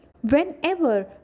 Whenever